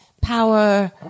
power